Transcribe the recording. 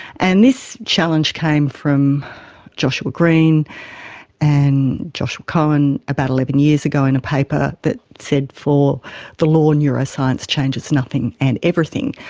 and this challenge came from joshua greene and jonathan cohen about eleven years ago in a paper that said for the law, neuroscience changes nothing and everything.